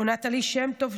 או נטלי שמטוב,